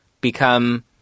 become